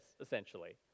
essentially